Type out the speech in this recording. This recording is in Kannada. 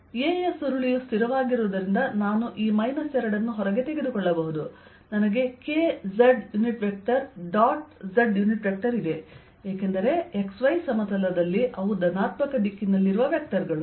A ಯ ಸುರುಳಿಯು ಸ್ಥಿರವಾಗಿರುವುದರಿಂದ ನಾನು ಈ 2 ಅನ್ನು ಹೊರಗೆ ತೆಗೆದುಕೊಳ್ಳಬಹುದು ನನಗೆ k z unit vector dot z unit vector ಇದೆ ಏಕೆಂದರೆ XY ಸಮತಲದಲ್ಲಿ ಅವು ಧನಾತ್ಮಕ z ದಿಕ್ಕಿನಲ್ಲಿ ವೆಕ್ಟರ್ ಗಳು